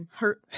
hurt